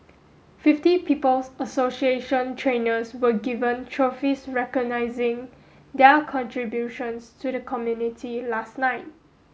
Fifty People's Association trainers were given trophies recognising their contributions to the community last night